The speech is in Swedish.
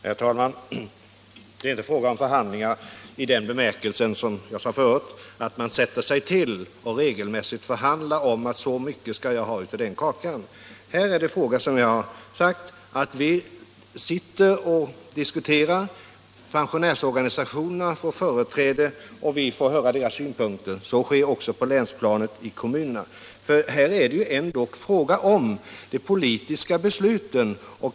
Herr talman! Det är inte fråga om förhandlingar i den bemärkelse som jag talade om förut — att man sätter sig och regelmässigt förhandlar om hur mycket man skall ha av kakan. Här är det, som jag har sagt, fråga om att vi sitter och diskuterar, och pensionärsorganisationerna får företräde och vi får höra deras synpunkter. Så sker också på länsplanet och i kommunerna. Det är här ändock fråga om de politiska besluten.